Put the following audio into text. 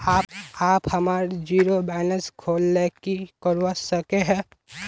आप हमार zero balance खोल ले की करवा सके है?